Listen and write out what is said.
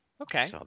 okay